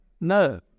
No